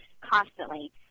constantly